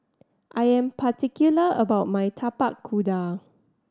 I am particular about my Tapak Kuda